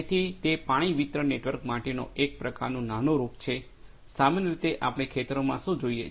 તેથી તે પાણી વિતરણ નેટવર્ક માટેનો એક પ્રકારનુ નાનુરૂપ છે સામાન્ય રીતે આપણે ખેતરોમાં શું જોઇએ છે